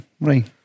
right